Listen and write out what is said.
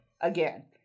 Again